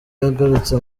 yagarutse